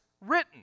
written